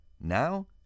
Now